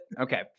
Okay